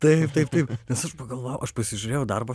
taip taip taip nes aš pagalvojau aš pasižiūrėjau darbo